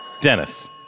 Dennis